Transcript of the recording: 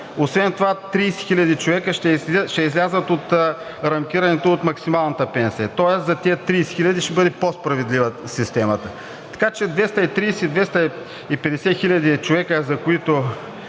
Освен това 30 хиляди човека ще излязат от рамкирането от максималната пенсия, тоест за тези 30 хиляди ще бъде по-справедлива системата. Така че 230 – 250 хиляди човека, за които